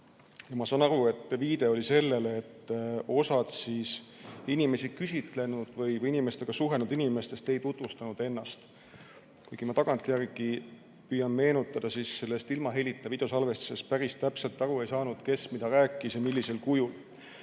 Ma saan aru, et viide oli sellele, et osa inimesi küsitlenud või inimestega suhelnud inimestest ei tutvustanud ennast. Ma tagantjärgi püüan meenutada, kuid sellest ilma helita videosalvestisest päris täpselt aru ei saanud, kes mida rääkis ja millisel kujul.